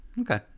okay